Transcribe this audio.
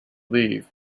leave